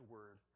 Word